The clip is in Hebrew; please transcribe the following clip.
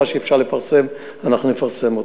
מה שאפשר לפרסם אנחנו נפרסם.